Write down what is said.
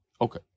Okay